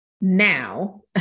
now